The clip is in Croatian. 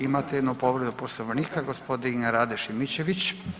Imate jednu povredu Poslovnika, gospodin Rade Šimičević.